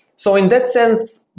so in that sense,